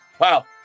wow